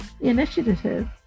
initiative